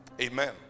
Amen